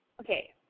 Okay